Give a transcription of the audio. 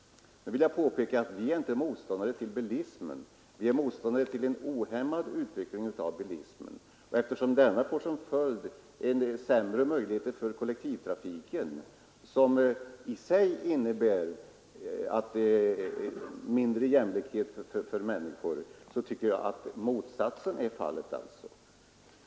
Vi är inte några motståndare till bilismen utan motståndare till en ohämmad utveckling av bilismen. Eftersom denna ger sämre möjligheter för kollektivtrafiken som följd, något som i sig innebär mindre jämlikhet för människor, tycker jag att motsatsen är fallet.